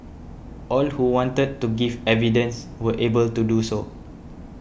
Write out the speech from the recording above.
all who wanted to give evidence were able to do so